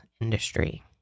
industry